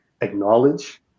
acknowledge